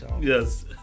Yes